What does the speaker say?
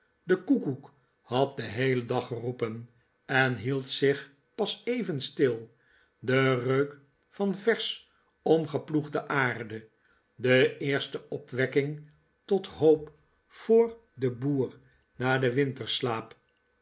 de koekoek had den heelen dag geroepen en hield zich pas even stil de reuk van versch omgeploegde aarde de eerste opwekking tot hoop voor den boer na den